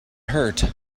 hurt